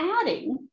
adding